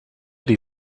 die